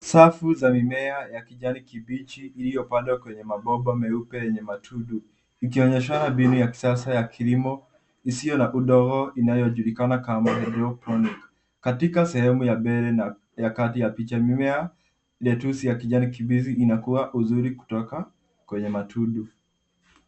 Safu za mimea ya kijani kibichi iliyopandwa kwenye mabomba meupe yenye matundu ikionyeshana mbinu ya kisasa ya kilimo isiyo na udongo inayojulikana kama hydroponic . Katika sehemu ya mbele na ya kati ya picha, mimea lettuce ya kijani kibichi inakua vizuri kutoka kwenye matundu.